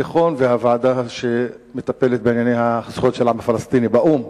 התיכון והוועדה שמטפלת בענייני הזכויות של העם הפלסטיני באו"ם.